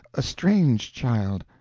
a strange child,